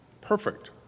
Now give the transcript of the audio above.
Perfect